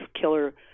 killer